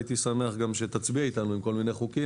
הייתי גם שמח שתצביע איתנו עם כל מיני חוקים